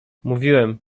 mówiłem